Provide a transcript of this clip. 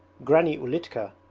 granny ulitka,